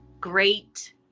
great